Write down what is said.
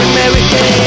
American